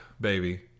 baby